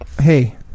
hey